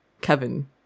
Kevin